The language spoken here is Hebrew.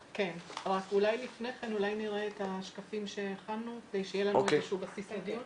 אולי לפני כן נראה את השקפים שהכנו כדי שיהיה לנו בסיס לדיון.